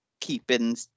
keeping